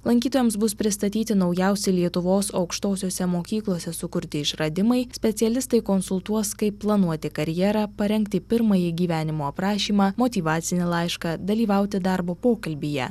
lankytojams bus pristatyti naujausi lietuvos aukštosiose mokyklose sukurti išradimai specialistai konsultuos kaip planuoti karjerą parengti pirmąjį gyvenimo aprašymą motyvacinį laišką dalyvauti darbo pokalbyje